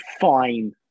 fine